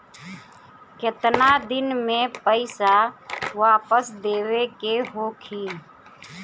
केतना दिन में पैसा वापस देवे के होखी?